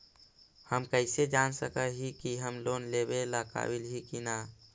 हम कईसे जान सक ही की हम लोन लेवेला काबिल ही की ना?